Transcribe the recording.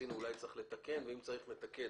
שעשינו אולי צריך לתקן ואם צריך לתקן.